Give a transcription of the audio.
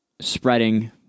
spreading